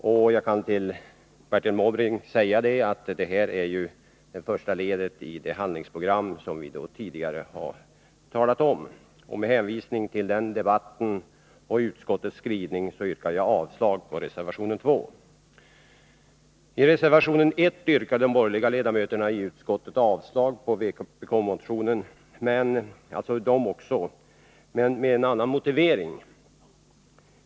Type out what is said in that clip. Jag kan säga till Bertil Måbrink att detta är det första ledet i det handlingsprogram som vi tidigare har talat om. Med hänvisning till denna interpellationsdebatt och utskottets skrivning yrkar jag avslag på reservation 2. I reservation 1 yrkar även de borgerliga ledamöterna i utskottet avslag på vpk-motionen, men med en annan motivering.